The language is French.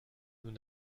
nous